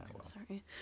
Sorry